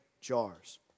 jars